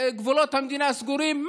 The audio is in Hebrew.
גבולות המדינה סגורים.